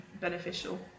beneficial